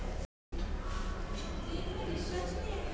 वाटाणा पिकांची कापणी किती दिवसानंतर करावी?